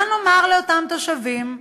מה נאמר לאותם תושבים?